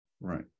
Right